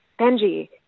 Benji